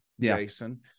Jason